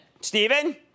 Stephen